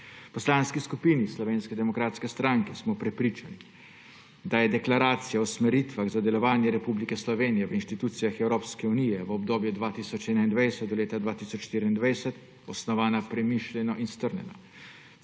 Poslanski skupini Slovenske demokratske stranke smo prepričani, da je deklaracija o usmeritvah za delovanje Republike Slovenije v institucijah Evropske unije v obdobju od 2021 do leta 2024 osnovana premišljeno in strnjeno.